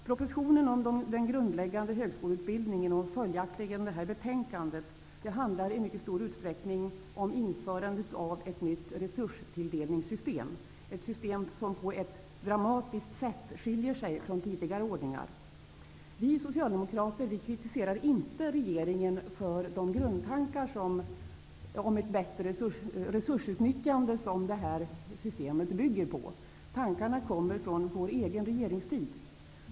Propositionen om den grundläggande högskoleutbildningen och följaktligen detta betänkande handlar i mycket stor utsträckning om införandet av ett nytt resurstilldelningssystem, som på ett dramatiskt sätt skiljer sig från tidigare ordningar. Vi socialdemokrater kritiserar inte regeringen för de grundtankar om ett bätte resursutnyttjande som det här systemet bygger på. Tankarna kommer från vår egen regeringstid.